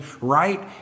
right